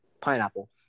pineapple